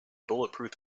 bulletproof